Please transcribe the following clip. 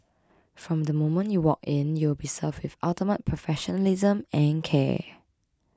from the moment you walk in you will be served with ultimate professionalism and care